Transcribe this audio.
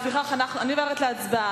לפיכך, אנחנו עוברים להצבעה.